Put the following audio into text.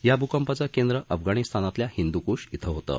या भूकंपाचं केंद्र अफगाणिस्तानातल्या हिदुकुष विं होतं